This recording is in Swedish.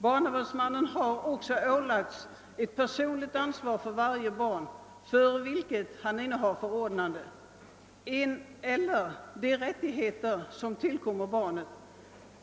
Barnavårdsmannen har också ålagts ett personligt ansvar för att varje barn, för vilket han innehar förordnande, erhåller de rättigheter, som tillkomma barnet.